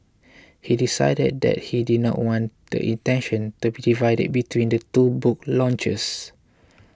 he decided that he didn't want the attention to be divided between the two book launches